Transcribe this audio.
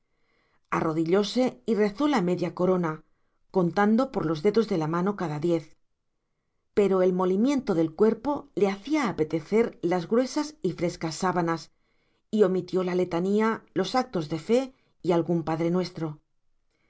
arrodillóse y rezó la media corona contando por los dedos de la mano cada diez pero el molimiento del cuerpo le hacía apetecer las gruesas y frescas sábanas y omitió la letanía los actos de fe y algún